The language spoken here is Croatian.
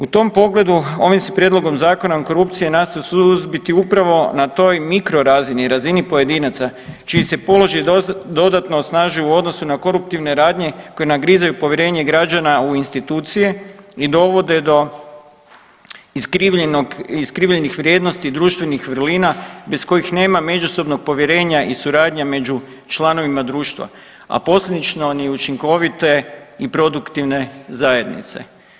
U tom pogledu ovim se prijedlogom Zakona o korupciji nastoji suzbiti upravo na toj mikrorazini, razini pojedinaca čiji se položaj dodatno osnažuje u odnosu na koruptivne radnje koje nagrizaju povjerenje građana u institucije i dovode do iskrivljenih vrijednosti društvenih vrlina bez kojih nema međusobnog povjerenja i suradnje među članovima društva, a posljedično ni učinkovite i produktivne zajednice.